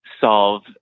solve